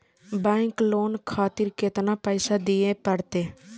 Bank loan खातीर केतना पैसा दीये परतें?